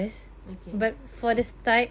okay